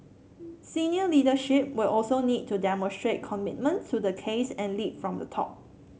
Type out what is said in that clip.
senior leadership will also need to demonstrate commitment to the case and lead from the top